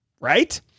right